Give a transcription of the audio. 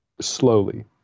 slowly